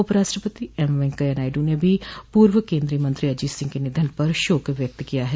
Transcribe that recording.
उपराष्ट्रपति एम वेंकैया नायड़ू ने भी पूर्व केन्द्रीय मंत्री अजीत सिंह के निधन पर शोक व्यक्त किया है